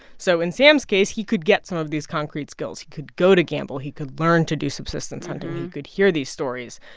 so in sam's case he could get some of these concrete skills. he could go to gambell, he could learn to do subsistence hunting, he could hear these stories.